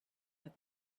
but